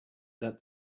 that